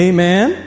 Amen